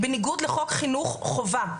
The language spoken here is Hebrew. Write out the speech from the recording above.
בניגוד לחוק חינוך חובה.